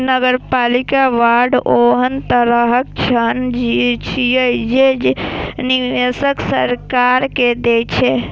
नगरपालिका बांड ओहन तरहक ऋण छियै, जे निवेशक सरकार के दै छै